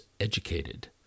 educated